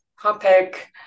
topic